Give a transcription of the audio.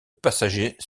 passagers